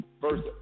First